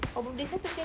oh birthday siapa seh